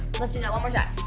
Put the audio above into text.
but let's do that one more time.